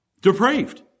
depraved